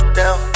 down